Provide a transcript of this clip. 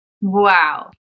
Wow